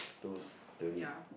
those they will need